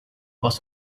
was